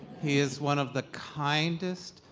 he is one of the kindest,